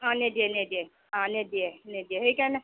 অ নিদিয়ে নিদিয়ে অ নিদিয়ে নিদিয়ে সেইকাৰণে